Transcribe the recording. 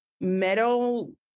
metal